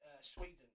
Sweden